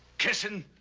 kissing?